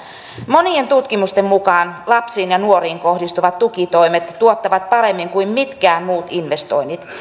monien tutkimusten mukaan lapsiin ja nuoriin kohdistuvat tukitoimet tuottavat paremmin kuin mitkään muut investoinnit